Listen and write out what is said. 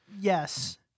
Yes